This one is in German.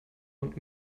und